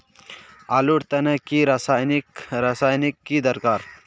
आलूर तने की रासायनिक रासायनिक की दरकार?